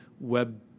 web